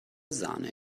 sahne